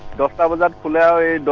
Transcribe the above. but clo a